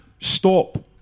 stop